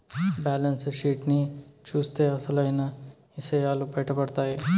balance sheet ని చూత్తే అసలైన ఇసయాలు బయటపడతాయి